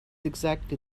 exactly